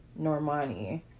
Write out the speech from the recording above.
normani